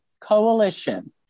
Coalition